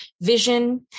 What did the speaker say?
vision